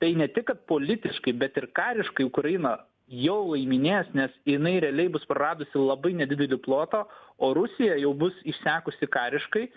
tai ne tik kad politiškai bet ir kariškai ukraina jau laiminės nes jinai realiai bus praradusi labai nedidelį plotą o rusija jau bus išsekusi kariškai